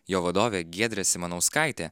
jo vadovė giedrė simanauskaitė